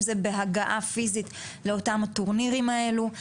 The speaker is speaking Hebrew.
זה בהגעה פיזית לאותם הטורנירים האלה.